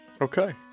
Okay